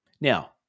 Now